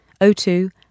O2